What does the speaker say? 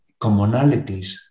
commonalities